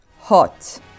Hot